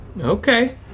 Okay